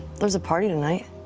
there's a party tonight.